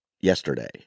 yesterday